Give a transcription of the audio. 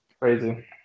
Crazy